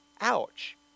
ouch